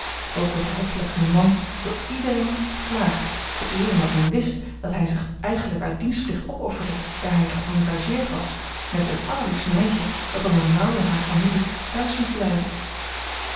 ook werd de hoffelijke jonkman door iedereen beklaagd te eer omdat men wist dat hij zich eigenlijk uit dienstplicht opofferde daar hij geëngageerd was met een allerliefst meisje dat om een rouw in hare familie thuis moest blijven